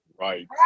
Right